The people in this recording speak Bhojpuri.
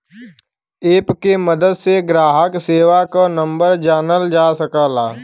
एप के मदद से ग्राहक सेवा क नंबर जानल जा सकला